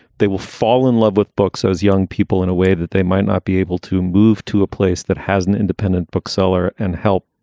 they will fall in love with books as young people in a way that they might not be able to move to a place that has an independent bookseller and help.